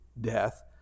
death